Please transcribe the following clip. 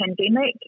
pandemic